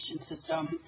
system